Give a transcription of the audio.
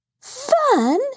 Fun